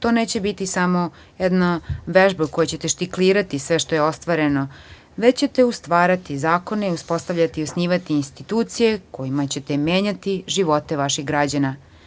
to neće biti samo jedna vežba kojom ćete štiklirati sve što je ostvareno, već ćete stvarati zakone i osnivati institucije, kojima ćete menjati živote vaših građana.